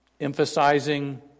Emphasizing